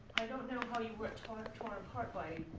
i don't know how you were torn torn apart by